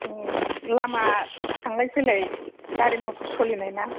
लामा थांलाय फैलाय गारि मटर सोलिनायना